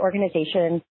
organization